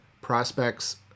prospects